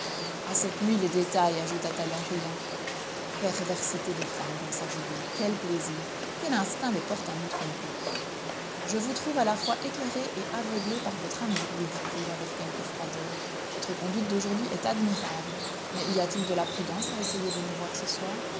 a cette nuit les détails ajouta-t-elle en riant perversité de femme pensa julien quel plaisir quel instinct les porte à nous tromper je vous trouve à la fois éclairée et aveuglée par votre amour lui dit-il avec quelque froideur votre conduite d'aujourd'hui est admirable mais y a-t-il de la prudence à essayer de nous voir ce soir